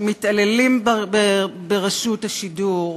מתעללים ברשות השידור,